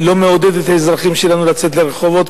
לא מעודד את האזרחים שלנו לצאת לרחובות,